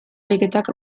ariketak